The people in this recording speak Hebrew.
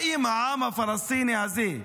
האם העם הפלסטיני הזה,